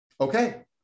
okay